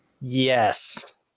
Yes